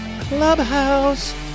Clubhouse